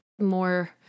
more